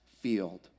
field